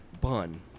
bun